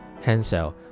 Hansel